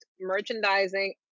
merchandising